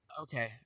Okay